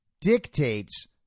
dictates